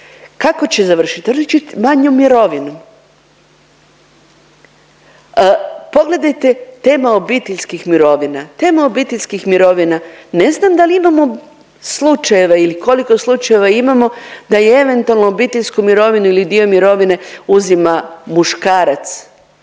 kako će završiti? Dobit ćete manju mirovinu. Pogledajte tema obiteljskih mirovina. Tema obiteljskih mirovina ne znam da li imamo slučajeve ili koliko slučajeva imamo da i eventualnu obiteljsku mirovinu ili dio mirovine uzima muškarac